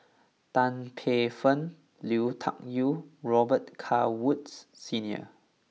Tan Paey Fern Lui Tuck Yew and Robet Carr Woods Senior